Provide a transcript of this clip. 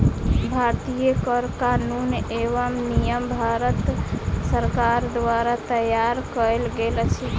भारतीय कर कानून एवं नियम भारत सरकार द्वारा तैयार कयल गेल अछि